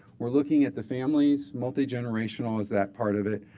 we're looking at the families, multi-generational is that part of it,